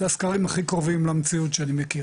אלו הסקרים הכי טובים למציאות שאני מכיר